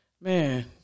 Man